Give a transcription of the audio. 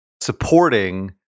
supporting